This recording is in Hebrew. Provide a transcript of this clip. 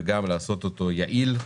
ואנחנו נעשה אותו יעיל,